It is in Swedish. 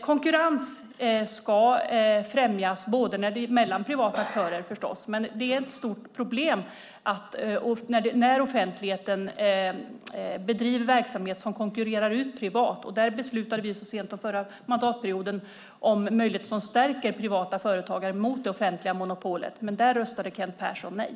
Konkurrens ska främjas mellan privata aktörer förstås. Men det är ett stort problem när offentligheten bedriver verksamhet som konkurrerar ut privat verksamhet. Där beslutade vi så sent som förra mandatperioden om möjligheter som stärker privata företagare mot det offentliga monopolet. Där röstade Kent Persson nej.